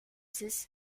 six